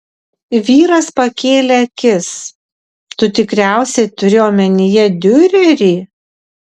vyras pakėlė akis tu tikriausiai turi omenyje diurerį